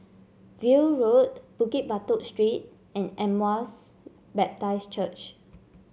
View Road Bukit Batok Street and Emmaus Baptist Church